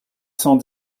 cent